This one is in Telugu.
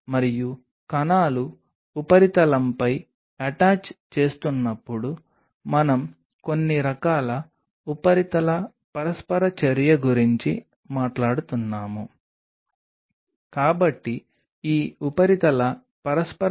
మరియు ఈ రకమైనవి మీరు వాటిని అటాచ్ చేసే గాజు ఉపరితలంపై ఒక రకమైన ఉపరితల పరస్పర చర్య ద్వారా తప్పనిసరిగా ఈ ఉపరితలాన్ని చూస్తారు కానీ మీరు వాటిని ఉపరితలంపై ఉంచే ముందు